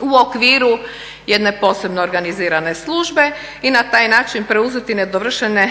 u okviru jedne posebno organizirane službe i na taj način preuzeti nedovršene